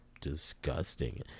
disgusting